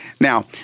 Now